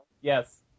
Yes